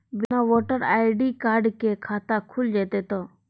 बिना voter ID card के खाता खुल जैते तो?